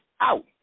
out